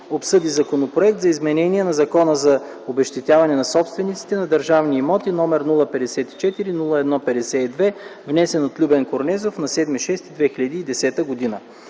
обсъди Законопроект за изменение на Закона за обезщетяване на собствениците на одържавени имоти, № 054-01-52, внесен от Любен Корнезов на 7 юни 2010 г.